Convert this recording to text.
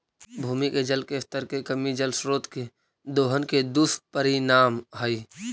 भूमि के जल स्तर के कमी जल स्रोत के दोहन के दुष्परिणाम हई